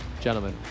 gentlemen